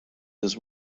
his